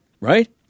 right